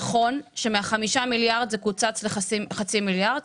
נכון שמהחמישה מיליארד זה קוצץ לחצי מיליארד,